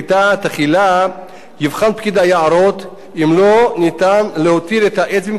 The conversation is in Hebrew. תחילה יבחן פקיד היערות אם לא ניתן להותיר את העץ במקומו.